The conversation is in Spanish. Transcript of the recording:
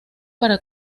para